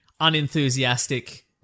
unenthusiastic